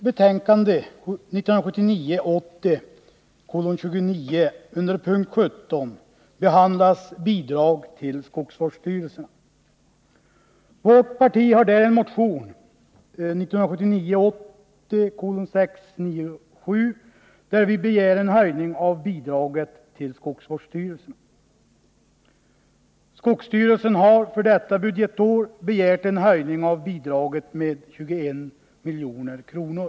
behandlas frågan om bidrag till skogsvårdsstyrelserna. Där har vi från vpk en motion, nr 697, i vilken vi begär en höjning av detta bidrag. Skogsstyrelsen har för detta budgetår begärt en höjning av nämnda bidrag med 21 milj.kr.